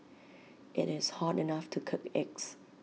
IT is hot enough to cook eggs